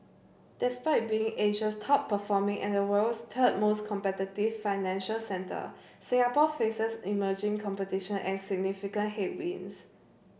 despite being Asia's top performing and the world's third most competitive financial centre Singapore faces emerging competition and significant headwinds